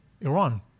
Iran